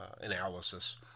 analysis